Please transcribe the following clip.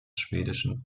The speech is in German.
schwedischen